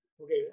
okay